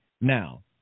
Now